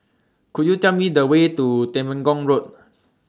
Could YOU Tell Me The Way to Temenggong Road